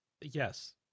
Yes